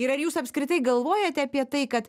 ir ar jūs apskritai galvojate apie tai kad